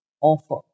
offer